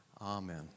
Amen